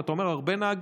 אם אתה אומר הרבה נהגים,